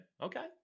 Okay